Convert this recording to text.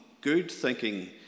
good-thinking